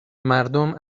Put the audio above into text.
مردم